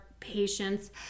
patience